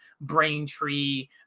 Braintree